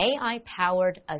AI-powered